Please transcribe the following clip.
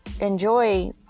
enjoy